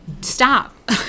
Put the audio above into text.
Stop